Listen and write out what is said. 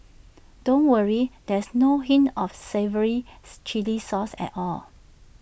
don't worry there's no hint of the savouries Chilli sauce at all